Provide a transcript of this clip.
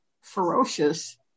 ferocious